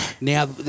Now